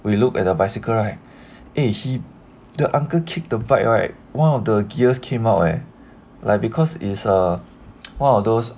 we looked at the bicycle right eh he the uncle kick to bike right one of the gears came out leh like because is uh one of those